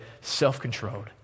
self-controlled